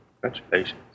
Congratulations